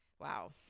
Wow